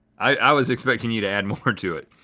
i was expecting you to add more to it.